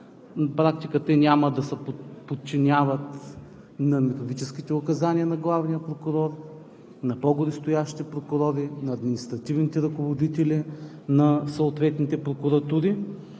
практика те няма да се подчиняват на методическите указания на главния прокурор, на по-горестоящите прокурори, на административните ръководители на съответните прокуратури,